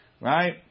right